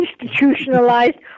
institutionalized